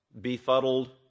befuddled